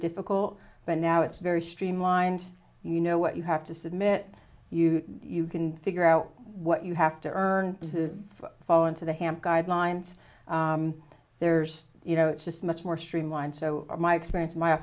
difficult but now it's very streamlined you know what you have to submit you you can figure out what you have to earn to fall into the hamp guidelines there's you know it's just much more streamlined so my experience my